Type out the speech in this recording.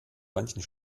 manchen